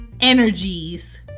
energies